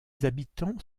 habitants